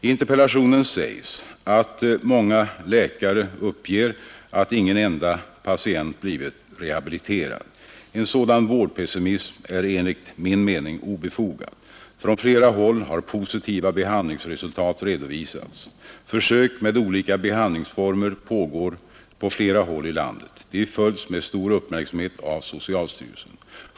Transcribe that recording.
I interpellationen sägs att ”många läkare uppger att ingen enda patient blivit rehabiliterad”. En sådan vårdpessimism är enligt min mening obefogad. Från flera håll har positiva behandlingsresultat redovisats. Försök med olika behandlingsformer pågår på flera håll i landet. De följs med stor uppmärksamhet av socialstyrelsen.